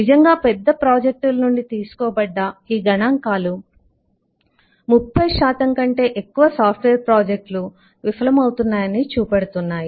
నిజంగా పెద్ద ప్రాజెక్టులనుండి తీసుకోబడ్డ ఈ గణాంకాలు 30 కంటే ఎక్కువ సాఫ్ట్వేర్ ప్రాజెక్టులు విఫలమవుతున్నాయని చూపెడుతున్నాయి